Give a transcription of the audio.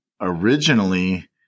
originally